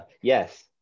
yes